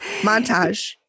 Montage